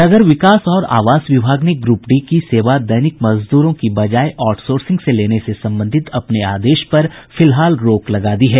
नगर विकास और आवास विभाग ने ग्र्प डी की सेवा दैनिक मजदूरों की बजाय आउटसोर्सिंग से लेने से संबंधित अपने आदेश पर फिलहाल रोक लगा दी है